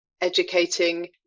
educating